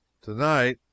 Tonight